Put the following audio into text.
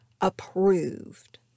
approved